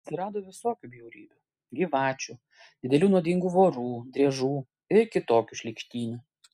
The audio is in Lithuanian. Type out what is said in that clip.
atsirado visokių bjaurybių gyvačių didelių nuodingų vorų driežų ir kitokių šlykštynių